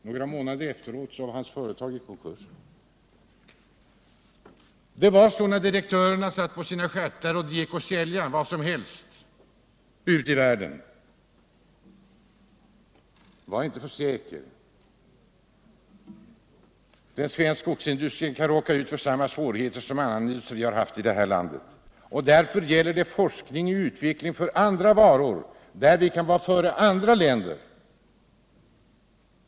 Några månader efteråt gick hans företag i konkurs. Det var så när direktörerna satt på sina stjärtar och kunde sälja vad som helst ute i världen. Var inte så säkra! Den svenska skogsindustrin kan råka ut för samma svårigheter som annan industri i det här landet. Därför gäller det att sätta i gång forskning och utveckling beträffande andra varor, där Sverige kan ligga före andra länder.